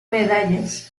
medallas